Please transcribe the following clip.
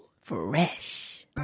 Fresh